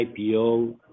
IPO